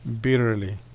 bitterly